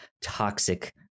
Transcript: toxic